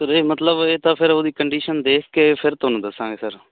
sir ਤੁਸੀਂ ਮਤਲਬ ਇਹ ਤਾਂ ਫਿਰ ਉਹਦੀ ਕੰਡੀਸ਼ਨ ਦੇਖ ਕੇ ਫਿਰ ਤੁਹਾਨੂੰ ਦੱਸਾਂਗੇ ਸਰ